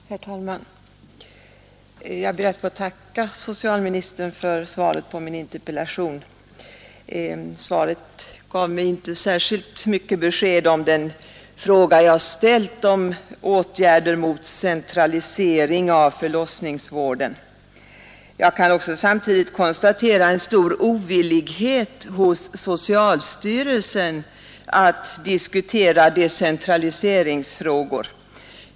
Herr talman! Jag ber att få tacka socialministern för svaret på min interpellation. Svaret gav mig inte särskilt mycket besked i den fråga jag har ställt om åtgärder mot centralisering av förlossningsvården. Jag kan på samma gång konstatera en stor ovillighet hos socialstyrelsen att diskutera decentraliseringsfrågan.